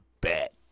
bet